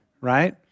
right